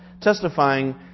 testifying